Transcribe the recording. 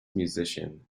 musician